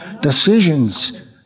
decisions